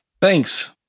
Thanks